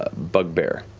ah bugbear.